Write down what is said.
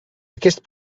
aquest